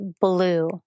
blue